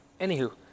Anywho